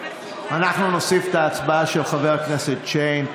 אנחנו נוסיף להצבעה את חבר הכנסת שיין.